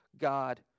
God